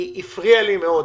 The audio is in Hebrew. הפריע לי מאוד